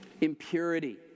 impurity